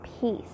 peace